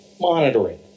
monitoring